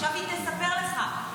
עכשיו היא תספר לך.